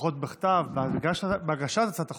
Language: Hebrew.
לפחות בכתב, בהגשת הצעת החוק,